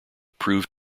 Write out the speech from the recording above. proved